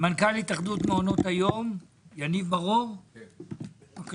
מנכ"ל התאחדות מעונות היום, יניב בר אור, בבקשה.